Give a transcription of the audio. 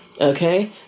okay